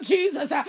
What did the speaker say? Jesus